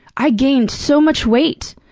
i gained so much weight.